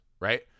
right